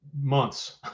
months